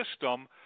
system